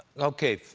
okay,